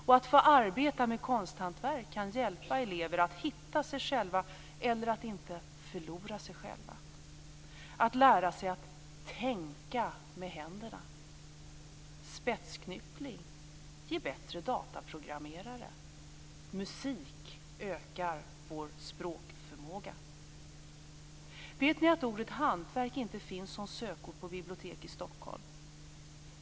Och att få arbeta med konsthantverk kan hjälpa elever att hitta sig själva eller att inte förlora sig själva. Det handlar om att lära sig att tänka med händerna. Spetsknyppling ger bättre dataprogrammerare. Musik ökar vår språkförmåga. Vet ni att ordet hantverket inte finns som sökord på bibliotek i Stockholm?